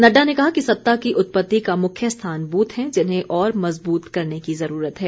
नड्डा ने कहा कि सत्ता की उत्पत्ति का मुख्य स्थान बूथ हैं जिन्हें और मजबूत करने की ज़रूरत है